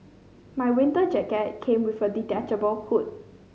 my winter jacket came with a detachable hood